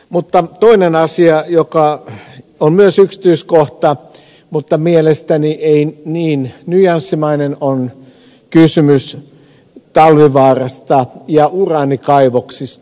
mutta toinen asia joka on myös yksityiskohta mutta mielestäni ei niin nyanssimainen on kysymys talvivaarasta ja uraanikaivoksista